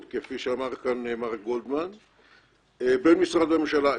כפי שאמר כאן מר גולדמן במשרדי הממשלה.